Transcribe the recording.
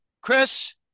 Chris